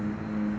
mm